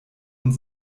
und